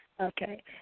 Okay